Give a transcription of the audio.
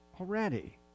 already